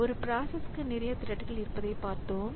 ஒரு பிராசஸ்க்கு நிறைய த்ரெட்கள் இருப்பதை பார்த்தோம்